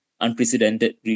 unprecedented